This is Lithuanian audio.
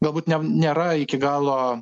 galbūt nėra iki galo